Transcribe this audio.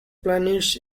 planets